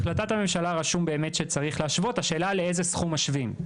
בהחלטת הממשלה רשום באמת להשוות השאלה לאיזה סכום משווים?